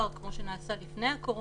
שדיברתם עליהם שהם גם קרו בזכותנו